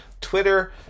Twitter